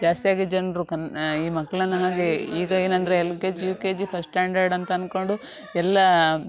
ಜಾಸ್ತಿ ಆಗಿ ಜನರು ಕನ್ ಈ ಮಕ್ಳನ್ನು ಹಾಗೇ ಈಗ ಏನಂದರೆ L K G U K G first standard ಅಂತಂದ್ಕೊಂಡು ಎಲ್ಲ